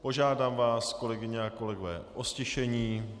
Požádám vás, kolegyně a kolegové o ztišení.